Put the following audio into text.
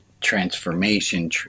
transformation